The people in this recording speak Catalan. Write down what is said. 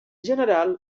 general